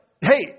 hey